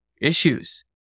issues